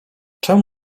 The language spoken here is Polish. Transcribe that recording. czemu